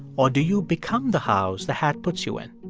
or do you become the house the hat puts you in?